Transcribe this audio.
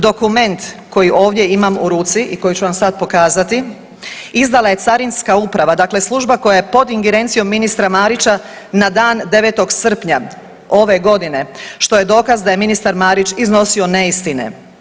Dokument koji ovdje imam u ruci i koji ću vam sad pokazati, izdala je Carinska uprava, dakle služba koja je pod ingerencijom ministra Marića, na dan 9. srpnja ove godine, što je dokaz da je ministar Marić iznosio neistine.